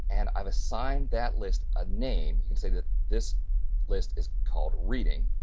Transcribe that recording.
and i've assigned that list a name. you can say that this list is called reading,